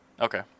Okay